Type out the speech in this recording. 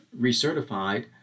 recertified